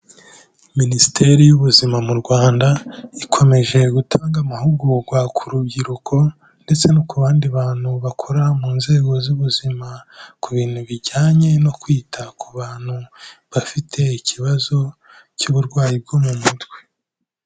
Minisiteri y'ubuzima mu Rwanda ikomeje gutanga amahugurwa ku rubyiruko ndetse no ku bandi bantu bakora mu nzego z'ubuzima, ku bintu bijyanye no kwita ku bantu bafite ikibazo cy'uburwayi bwo mu mutwe.